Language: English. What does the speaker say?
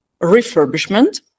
refurbishment